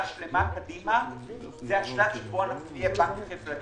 שלמה קדימה זה השלב שבו נהיה בנק חברתי,